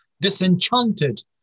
Disenchanted